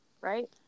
right